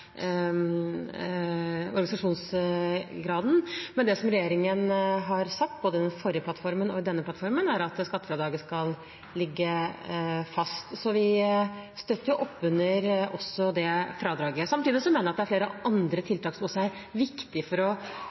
organisasjonsgraden. Men det regjeringen har sagt, både i den forrige plattformen og i den nye plattformen, er at skattefradraget skal ligge fast. Så vi støtter opp under det fradraget. Samtidig mener jeg at det er flere andre tiltak som også er viktig for